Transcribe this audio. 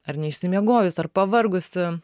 ar neišsimiegojus ar pavargusi